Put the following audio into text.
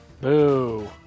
boo